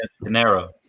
Panero